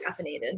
caffeinated